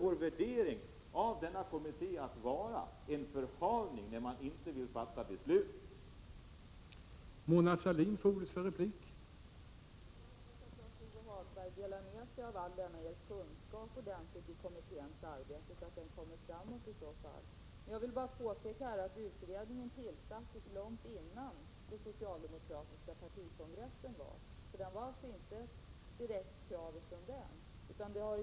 Vår värdering av den tillsatta kommittén är därför att den tillkommit som en förhalning på grund av att man inte vill fatta något beslut i frågan.